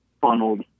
funneled